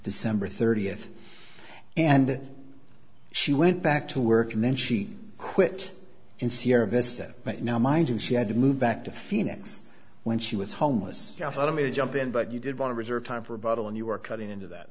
december thirtieth and she went back to work and then she quit in sierra vista right now mind and she had to move back to phoenix when she was homeless if i may jump in but you did want to reserve time for a bottle and you were cutting into that